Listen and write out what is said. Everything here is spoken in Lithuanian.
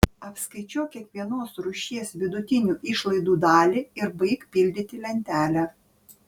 apskaičiuok kiekvienos rūšies vidutinių išlaidų dalį ir baik pildyti lentelę